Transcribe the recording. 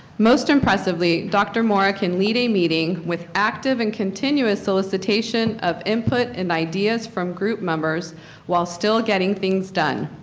most impressively dr. mora can lead a meeting with active and continuous solicitation of input and ideas from group members while still getting things done.